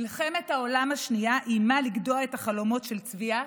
מלחמת העולם השנייה איימה לגדוע את החלומות של צביה,